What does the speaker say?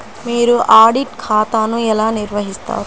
మీరు ఆడిట్ ఖాతాను ఎలా నిర్వహిస్తారు?